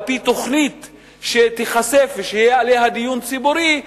על-פי תוכנית שתיחשף ויהיה עליה דיון ציבורי,